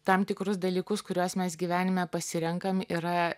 tam tikrus dalykus kuriuos mes gyvenime pasirenkam yra